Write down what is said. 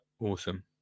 Awesome